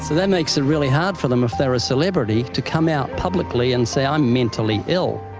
that makes it really hard for them if they're a celebrity to come out publicly and say, i'm mentally ill,